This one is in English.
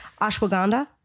Ashwagandha